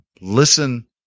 Listen